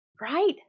Right